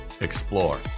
explore